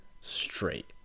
straight